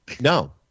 No